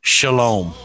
Shalom